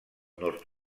nord